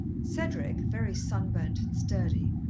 cedric, very sunburnt and sturdy,